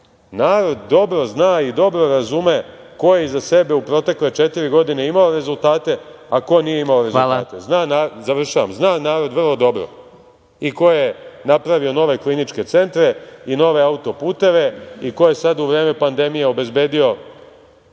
3%.Narod dobro zna i dobro razume ko je iza sebe u protekle četiri godine imao rezultate, a ko nije imao rezultate.(Predsedavajući: Hvala.)Završavam. Zna narod vrlo dobro i ko je napravio nove kliničke centre i nove autoputeve i ko je sada u vreme pandemije obezbedio